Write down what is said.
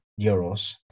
euros